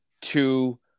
two